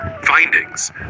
findings